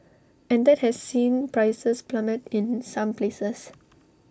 and that has seen prices plummet in some places